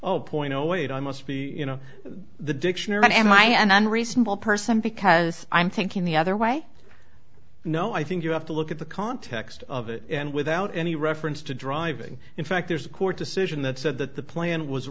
no wait i must be you know the dictionary and am i an unreasonable person because i'm thinking the other way no i think you have to look at the context of it and without any reference to driving in fact there's a court decision that said that the plan was